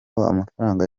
amafaranga